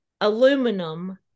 aluminum